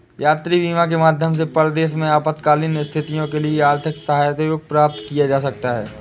यात्री बीमा के माध्यम से परदेस में आपातकालीन स्थितियों के लिए आर्थिक सहयोग प्राप्त किया जा सकता है